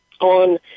on